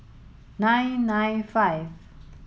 nine nine five